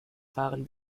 fahren